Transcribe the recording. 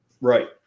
Right